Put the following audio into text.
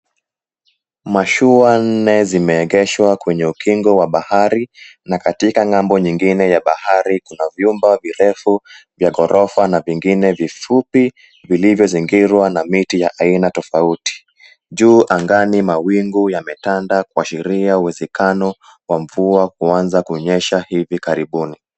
Mashua nne zimeegeshwa kwenye ukingo wa bahari na katika ngambo nyingine ya bahari kuna vyumba virefu vya ghorofa na vingine vifupi vilivyozingirwa na miti ya aina tofauti. Juu angani mawingu yametanda kuashiria uwezekano wa mvua kuanza kunyesha hivi karibuni.